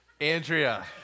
Andrea